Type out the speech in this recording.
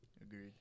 Agreed